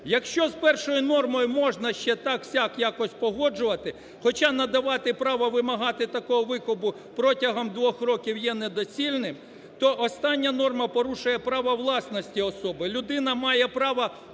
Якщо з першою нормою можна ще так, сяк якось погоджувати, хоча надавати право вимагати такого викупу протягом двох років є недоцільним, то остання норма порушує право власності особи. Людина має право володіти